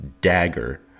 dagger